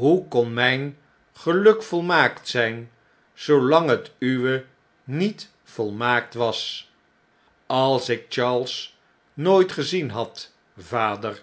hoe kon mjn geluk volmaakt zp zoolang het uwe niet volmaakt was als ik charles nooit gezien had vader